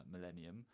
millennium